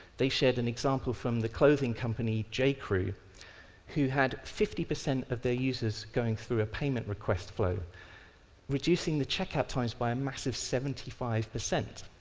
they shared an example from the clothing company, jcrewe, who had fifty per cent of their users going through a payment request flow reducing the checkout time by a massive seventy five per cent.